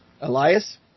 Elias